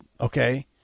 Okay